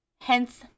hence